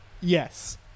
Yes